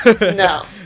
No